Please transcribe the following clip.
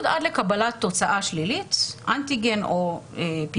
עד לקבלת תוצאה שלילית של אנטיגן או PCR,